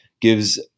gives